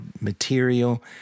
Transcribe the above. material